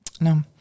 No